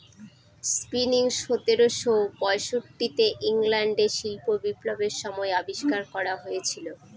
spinning সতেরোশো পয়ষট্টি তে ইংল্যান্ডে শিল্প বিপ্লবের সময় আবিষ্কার করা হয়েছিল